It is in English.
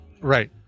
Right